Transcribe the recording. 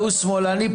ההוא שמאלני,